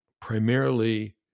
primarily